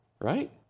Right